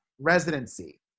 residency